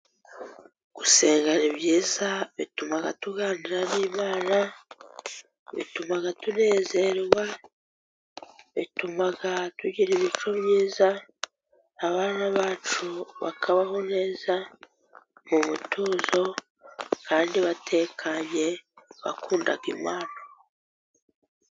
Gusenga ni byiza bituma tuganira n'Imana, bituma tunezerwa, bituma tugira imico myiza, abana bacu bakabaho neza mu butuzo kandi batekanye bakunda Imana.